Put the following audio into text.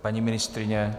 Paní ministryně?